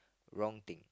wrong thing